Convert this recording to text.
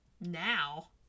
now